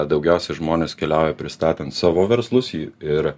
daugiausia žmonės keliauja pristatant savo verslus į ir